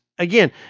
Again